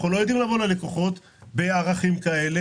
אנחנו לא יודעים לבוא ללקוחות בערכים כאלה,